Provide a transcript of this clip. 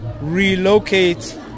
relocate